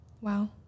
Wow